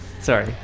Sorry